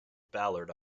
ballard